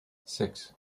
six